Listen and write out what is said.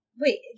wait